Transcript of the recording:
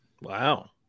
Wow